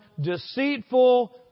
deceitful